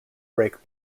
break